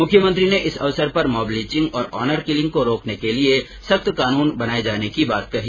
मुख्यमंत्री ने इस अवसर पर मॉबलिचिंग और ऑनरकिलिंग को रोकने के लिए सख्त कानून बनाये जाने की बात कही